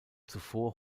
zuvor